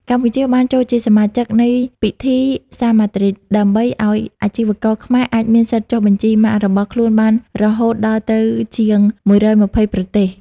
កម្ពុជាបានចូលជាសមាជិកនៃ "ពិធីសារម៉ាឌ្រីដ" ដើម្បីឱ្យអាជីវករខ្មែរអាចមានសិទ្ធិចុះបញ្ជីម៉ាករបស់ខ្លួនបានរហូតដល់ទៅជាង ១២០ ប្រទេស។